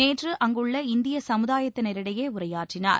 நேற்று அங்குள்ள இந்திய சமுதாயத்தினரிடையே உரையாற்றினார்